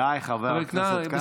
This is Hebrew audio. די, חבר הכנסת קרעי.